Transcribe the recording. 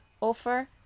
offer